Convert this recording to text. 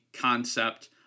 concept